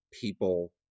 people